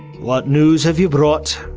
what news have you brought?